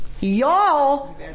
Y'all